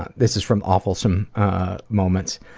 this is from awfulsome moments,